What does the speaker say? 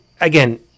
again